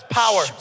power